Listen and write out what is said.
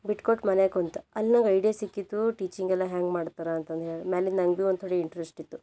ಬಿಟ್ಕೊಟ್ಟು ಮನೆಯಾಗೆ ಕುಂತು ಅಲ್ಲಿ ನಂಗೆ ಐಡಿಯಾ ಸಿಕ್ಕಿತ್ತು ಟೀಚಿಂಗ್ ಎಲ್ಲ ಹ್ಯಾಂಗೆ ಮಾಡ್ತಾರೆ ಅಂತಂದು ಹೇಳಿ ಮ್ಯಾಲಿಗೆ ನಂಗೆ ಭೀ ಥೋಡಿ ಇಂಟ್ರೆಸ್ಟ್ ಇತ್ತು